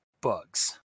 bugs